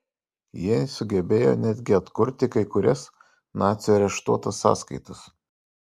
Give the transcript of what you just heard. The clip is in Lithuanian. jie sugebėjo netgi atkurti kai kurias nacių areštuotas sąskaitas